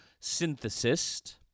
synthesist